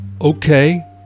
okay